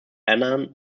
annan